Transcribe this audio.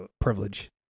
privilege